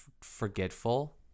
forgetful